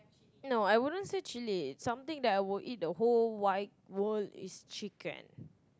no I wouldn't say chilli something that I will eat the whole wide world is chicken